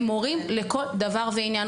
הם מורים לכל דבר ועניין.